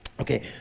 Okay